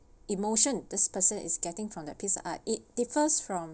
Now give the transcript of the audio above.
emotion this person is getting from their piece of art it differs from